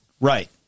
Right